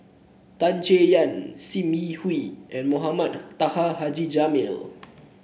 Tan Chay Yan Sim Yi Hui and Mohamed Taha Haji Jamil